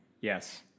Yes